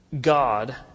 God